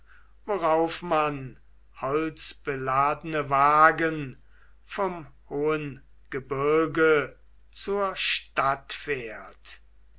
worauf man holzbeladene wagen vom hohen gebirge zur stadt fährt